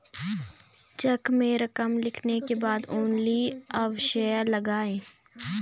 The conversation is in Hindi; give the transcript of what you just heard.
चेक में रकम लिखने के बाद ओन्ली अवश्य लगाएँ